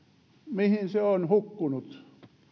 mihin ne ovat hukkuneet